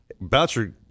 Bouncer